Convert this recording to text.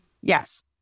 Yes